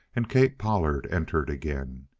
and kate pollard entered again.